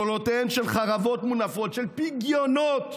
קולותיהם של חרבות מונפות, של פגיונות,